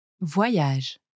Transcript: Voyage